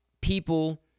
people